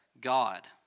God